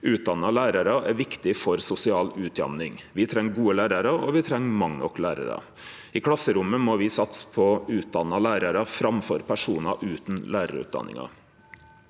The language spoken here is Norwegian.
Utdanna lærarar er viktige for sosial utjamning. Me treng gode lærarar, og me treng mange nok lærarar. I klasserommet må me satse på utdanna lærarar framfor personar utan lærarutdanning.